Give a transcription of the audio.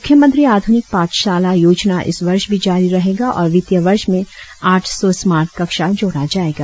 मुख्यमंत्री आधुनिक पाठशाला योजना इस वर्ष भी जारी रहेगा और वित्तीय वर्ष में आठ सौ स्मार्ट कक्षा जोड़ा जाएगा